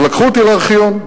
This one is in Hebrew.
ולקחו אותי לארכיון.